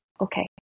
Okay